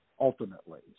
ultimately